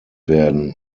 werden